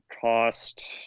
cost